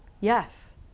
Yes